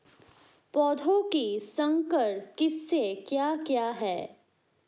पौधों की संकर किस्में क्या क्या हैं?